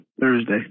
Thursday